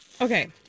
Okay